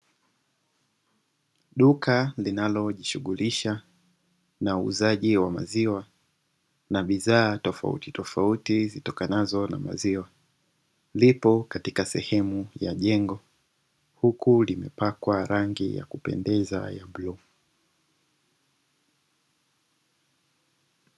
Duka linalojishughulisha na uuzaji wa maziwa na bidhaa tofauti tofauti zitokanazo na maziwa, lipo katika sehemu ya jengo huku limepakwa rangi ya kupendeza ya bluu.